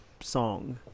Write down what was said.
song